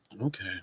Okay